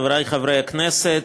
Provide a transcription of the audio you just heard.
חברי חברי הכנסת,